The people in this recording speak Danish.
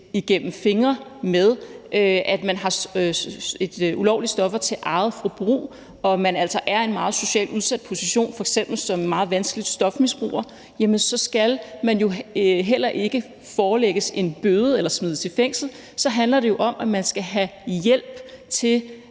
igennem fingre med det, når man har ulovlige stoffer til eget forbrug og altså er i en meget socialt udsat position, f.eks. med et meget vanskeligt stofmisbrug, så skal man jo heller ikke forelægges en bøde eller smides i fængsel. Så handler det jo om, at man skal have hjælp til